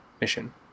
mission